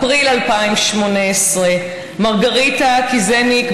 אפריל 2018: מרגריטה קיזניק,